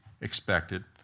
expected